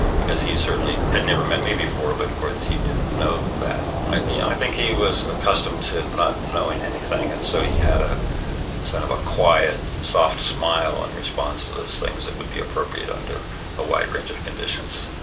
because he he certainly had never met me before but of course he didn't know that. i yeah think he was accustomed to not knowing anything and so he had ah a sort of a quiet soft smile in response to those things that would be appropriate under a wide range of conditions.